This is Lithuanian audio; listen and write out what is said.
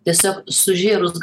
tiesiog sužėrus